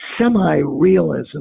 semi-realism